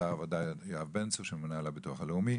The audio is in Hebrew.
שר העבודה יואב בן צור שממונה על הביטוח הלאומי.